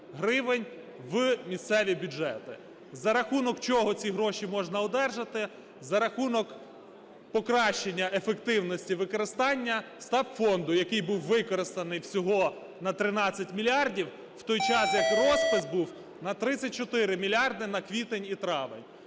За рахунок чого ці гроші можна одержати? За рахунок покращення ефективності використання стабфонду, який був використаний всього на 13 мільярдів, в той час як розпис був на 34 мільярди на квітень і травень.